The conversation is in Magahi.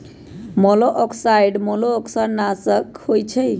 मोलॉक्साइड्स मोलस्का नाशक होइ छइ